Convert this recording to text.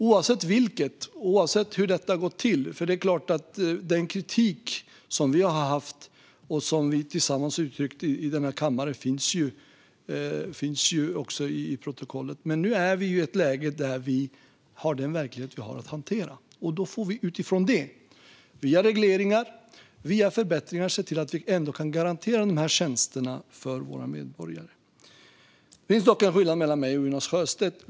Oavsett vilket och oavsett hur det gått till - den kritik som vi haft och tillsammans uttryckt i denna kammare finns ju i protokollet - är vi nu i ett läge där vi har att hantera den verklighet vi har. Då får vi utifrån det via regleringar och förbättringar se till att vi ändå kan garantera dessa tjänster för våra medborgare. Det finns dock en skillnad mellan mig och Jonas Sjöstedt.